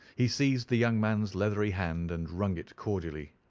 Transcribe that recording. he seized the young man's leathery hand and wrung it cordially.